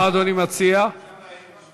אפשר להציע, תודה.